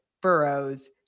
burrows